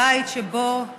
הבית שבו